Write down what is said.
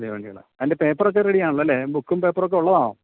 പുതിയ വണ്ടികളാണ് അതിൻ്റെ പേപ്പറൊക്കെ റെഡിയാണല്ലോ അല്ലേ ബുക്കും പേപ്പറൊക്കെ ഉള്ളതാണോ